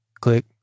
click